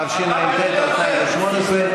התשע"ט 2018,